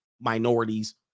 minorities